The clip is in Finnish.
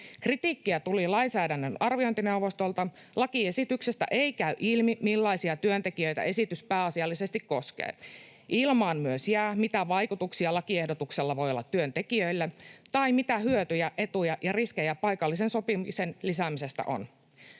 Kritiikkiä tuli lainsäädännön arviointineuvostolta: Lakiesityksestä ei käy ilmi, millaisia työntekijöitä esitys pääasiallisesti koskee. Ilmaan myös jää, mitä vaikutuksia lakiehdotuksella voi olla työntekijöille tai mitä hyötyjä, etuja ja riskejä paikallisen sopimisen lisäämisestä on.